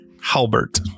Halbert